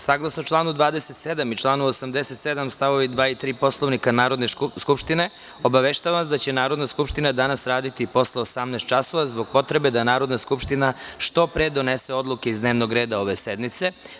Saglasno članu 27. i članu 87. st. 2. i 3. Poslovnika Narodne skupštine, obaveštavam vas da će Narodna skupština danas raditi i posle 18.00 časova zbog potrebe da Narodna skupština što pre donese odluke iz dnevnog reda ove sednice.